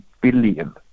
billion